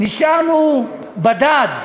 נשארנו בדד,